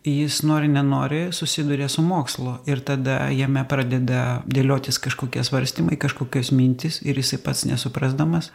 jis nori nenori susiduria su mokslu ir tada jame pradeda dėliotis kažkokie svarstymai kažkokios mintys ir jisai pats nesuprasdamas